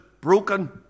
broken